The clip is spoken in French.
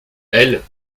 elles